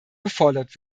gefordert